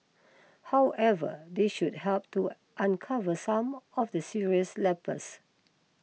however they should help to uncover some of the serious lapses